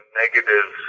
negative